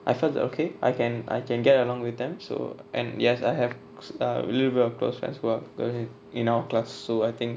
I felt that okay I can I can get along with them so yes I have really really close friends who are girls in our class so I think